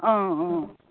অঁ অঁ